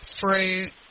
fruit